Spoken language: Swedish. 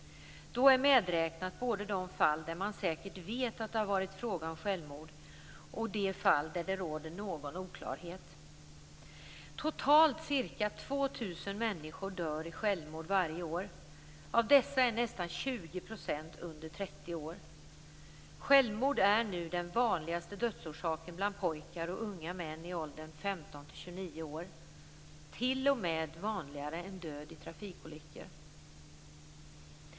Då är både de fall där man säkert vet att det har varit fråga om självmord och de fall där det råder oklarhet medräknade. Totalt dör ca 2 000 människor av självmord varje år. Av dessa är nästan 20 % under 30 år. Självmord är nu den vanligaste dödsorsaken bland pojkar och unga män i åldern 15-29 år. Självmord är t.o.m. vanligare än död i trafikolyckor.